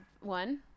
one